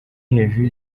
hejuru